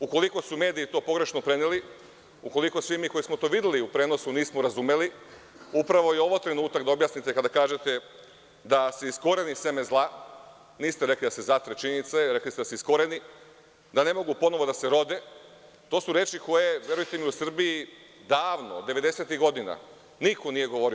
Ukoliko su mediji to pogrešno preneli, ukoliko svi mi koji smo to videli u prenosu nismo razumeli, upravo je ovo trenutak da objasnite, kada kažete da se iskoreni seme zla, niste rekli da se zatre, činjenica je, rekli ste da se iskoreni, da ne mogu ponovo da se rode, to su reči koje, verujte mi, u Srbiji, davno, devedesetih godina, niko nije govorio.